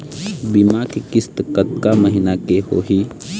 बीमा के किस्त कतका महीना के होही?